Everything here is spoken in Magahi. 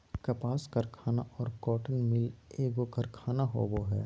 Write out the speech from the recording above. कपास कारखाना और कॉटन मिल एगो कारखाना होबो हइ